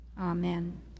Amen